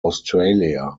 australia